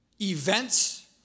events